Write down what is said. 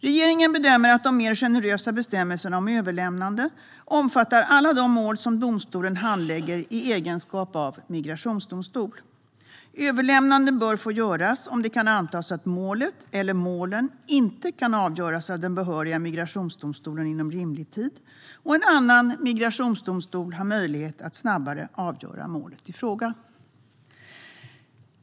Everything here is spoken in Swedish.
Regeringen bedömer att de mer generösa bestämmelserna om överlämnande omfattar alla de mål som domstolen handlägger i egenskap av migrationsdomstol. Överlämnade bör få göras om det kan antas att målet eller målen inte kan avgöras av den behöriga migrationsdomstolen inom rimlig tid och en annan migrationsdomstol har möjlighet att snabbare avgöra målet i fråga.